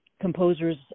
composers